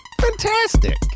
Fantastic